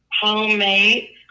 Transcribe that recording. homemade